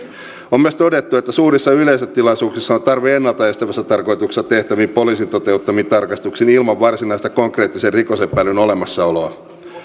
on myös todettu että suurissa yleisötilaisuuksissa on tarve ennalta estävässä tarkoituksessa tehtäviin poliisin toteuttamiin tarkastuksiin ilman varsinaista konkreettisen rikos epäilyn olemassaoloa